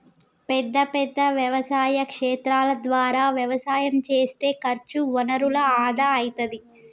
పెద్ద పెద్ద వ్యవసాయ క్షేత్రాల ద్వారా వ్యవసాయం చేస్తే ఖర్చు వనరుల ఆదా అయితది